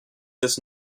this